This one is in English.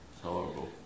Horrible